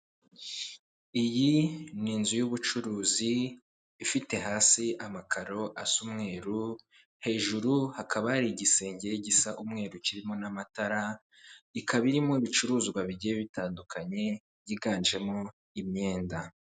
Iyi ni inzu y'ubucuruzi, ifite hasi amakaro asa umweru hejuru hakaba hari igisenge gisa umweru kirimo n'amatara, ikaba irimo ibicuruzwa bigiye bitandukanye byiganjemo imyenda.